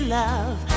love